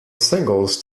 singles